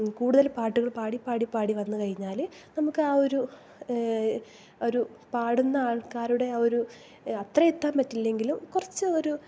കൂടുതൽ പാട്ടുകൾ പാടി പാടി പാടി വന്ന് കഴിഞ്ഞാൽ നമുക്ക് ആ ഒരു ഒരു പാടുന്ന ആൾക്കാരുടെ ആ ഒരു അത്ര എത്താൻ പറ്റില്ലെങ്കിലും കുറച്ച് ഒരു